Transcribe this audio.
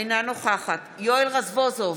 אינה נוכחת יואל רזבוזוב,